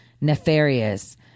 nefarious